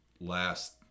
last